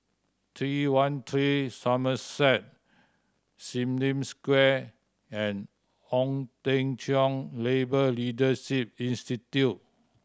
Three One Three Somerset Sim Lim Square and Ong Teng Cheong Labour Leadership Institute